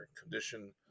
condition